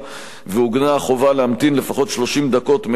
ועוגנה החובה להמתין לפחות 30 דקות מעת שנמסרה